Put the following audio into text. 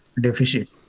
deficit